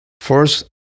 First